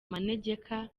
manegeka